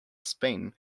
spain